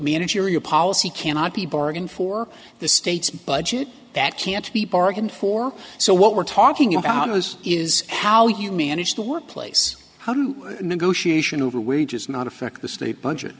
managerial policy cannot be bargained for the state's budget that can't be bargained for so what we're talking about is is how you manage the workplace how do you negotiate over wages not affect the state budget